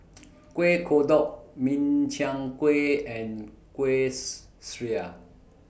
Kuih Kodok Min Chiang Kueh and Kuih Syara